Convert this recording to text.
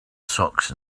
socks